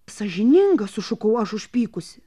sąžininga sušukau aš užpykusi